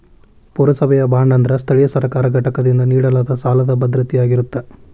ಪುರಸಭೆಯ ಬಾಂಡ್ ಅಂದ್ರ ಸ್ಥಳೇಯ ಸರ್ಕಾರಿ ಘಟಕದಿಂದ ನೇಡಲಾದ ಸಾಲದ್ ಭದ್ರತೆಯಾಗಿರತ್ತ